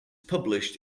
published